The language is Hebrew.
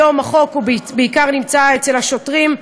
היום החוק בעיקר נמצא אצל השוטרים,